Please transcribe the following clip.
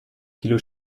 kilo